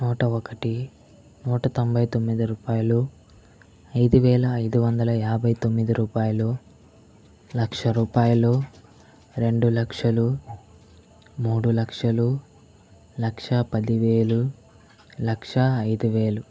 నూట ఒకటి నూట తొంభైతొమ్మిది రూపాయలు ఐదు వేల ఐదు వందల యాభై తొమ్మిది రూపాయలు లక్ష రూపాయలు రెండు లక్షలు మూడు లక్షలు లక్ష పది వేలు లక్ష ఐదు వేలు